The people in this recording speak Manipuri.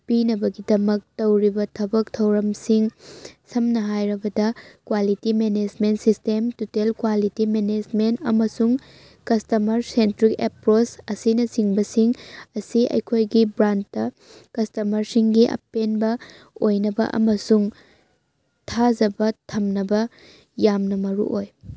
ꯄꯤꯅꯕꯒꯤꯗꯃꯛ ꯇꯧꯔꯤꯕ ꯊꯕꯛ ꯊꯧꯔꯝꯁꯤꯡ ꯁꯝꯅ ꯍꯥꯏꯔꯕꯗ ꯀ꯭ꯋꯥꯂꯤꯇꯤ ꯃꯦꯅꯦꯁꯃꯦꯟ ꯁꯤꯁꯇꯦꯝ ꯇꯨꯇꯦꯜ ꯀ꯭ꯋꯥꯂꯤꯇꯤ ꯃꯦꯅꯦꯁꯃꯦꯟ ꯑꯃꯁꯨꯡ ꯀꯁꯇꯃꯔ ꯁꯦꯟꯇ꯭ꯔꯤꯛ ꯑꯦꯄ꯭ꯔꯣꯁ ꯑꯁꯤꯅꯆꯤꯡꯕꯁꯤꯡ ꯑꯁꯤ ꯑꯩꯈꯣꯏꯒꯤ ꯕ꯭ꯔꯥꯟꯠꯇ ꯀꯁꯇꯃꯔꯁꯤꯡꯒꯤ ꯑꯄꯦꯟꯕ ꯑꯣꯏꯅꯕ ꯑꯃꯁꯨꯡ ꯊꯥꯖꯕ ꯊꯝꯅꯕ ꯌꯥꯝꯅ ꯃꯔꯨꯑꯣꯏ